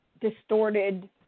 distorted